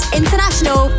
international